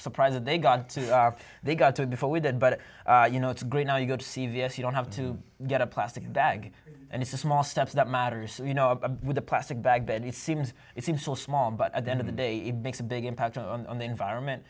surprised that they got to they got to before we did but you know it's great now you go to see vs you don't have to get a plastic bag and it's a small step that matters you know with a plastic bag then it seems it seems so small but at the end of the day it makes a big impact on the environment